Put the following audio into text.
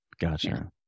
Gotcha